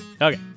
Okay